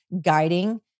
guiding